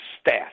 staff